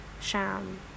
sham